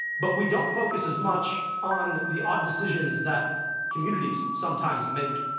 but we don't focus as much on the ah decisions that communities sometimes make,